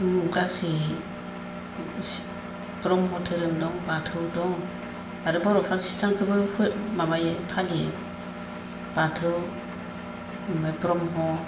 गासै ब्रह्म धोरोम दं बाथौ दं आरो बर'फ्रा ख्रिस्टानखौबो माबायो फालियो बाथौ ओमफ्राय ब्रह्म